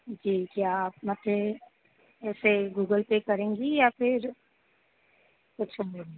जी क्या आप मथे ऐ पे गूगल पे करेंगी या फिर अच्छा मैम